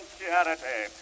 charity